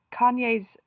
kanye's